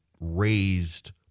raised